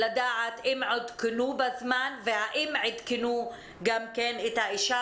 לדעת אם עודכנו בזמן והאם עדכנו את האישה